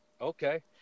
Okay